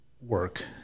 work